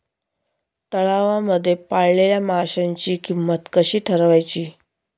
तलावांमध्ये पाळलेल्या माशांची किंमत कशी ठरवायची?